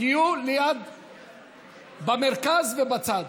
תהיו במרכז ובצד,